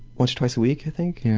once or twice a week, i think.